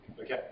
Okay